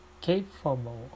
capable